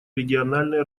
региональные